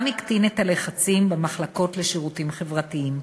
הקטין את הלחצים במחלקות לשירותים חברתיים.